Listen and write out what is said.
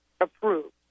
approved